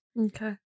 Okay